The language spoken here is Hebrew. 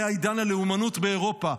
היה עידן הלאומנות באירופה.